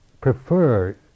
prefer